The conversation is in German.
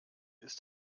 ist